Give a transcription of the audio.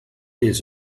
les